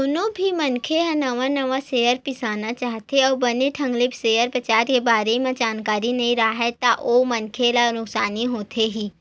कोनो भी मनखे ह नवा नवा सेयर बिसाना चाहथे अउ बने ढंग ले सेयर बजार के बारे म जानकारी नइ राखय ता ओ मनखे ला नुकसानी होथे ही